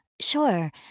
Sure